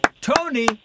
Tony